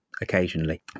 occasionally